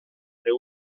entre